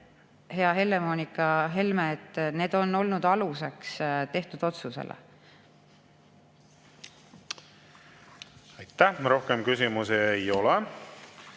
hea Helle-Moonika Helme, et need on olnud aluseks tehtud otsusele. Aitäh! Rohkem küsimusi ei ole.